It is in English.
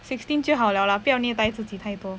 sixteen 就好了啦不要虐待自己太多